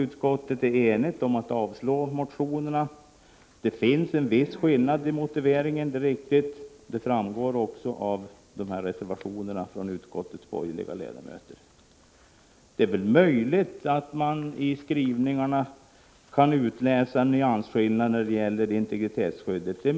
Utskottet är som sagt enigt om att avstyrka motionerna. Det finns en viss skillnad i motiveringen — det är riktigt och det framgår också av reservationerna från utskottets borgerliga ledamöter. Det är möjligt att man i skrivningarna kan utläsa en nyansskillnad när det gäller integritetsskyddet.